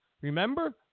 Remember